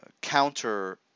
counter